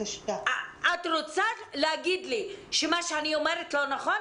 את רוצה להגיד לי שמה שאני אומרת לא נכון?